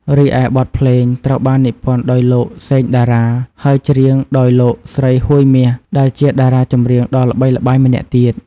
រីឯបទភ្លេងត្រូវបាននិពន្ធដោយលោក សេង តារា ហើយច្រៀងដោយលោកស្រី ហួយ មាស ដែលជាតារាចម្រៀងដ៏ល្បីល្បាញម្នាក់ទៀត។